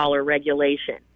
regulation